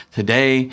today